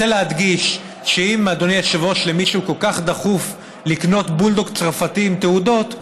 אני רוצה להדגיש שאם למישהו כל כך דחוף לקנות בולדוג צרפתי עם תעודות,